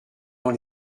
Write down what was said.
dans